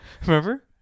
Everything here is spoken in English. remember